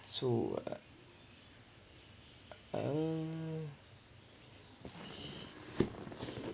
so uh